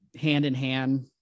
hand-in-hand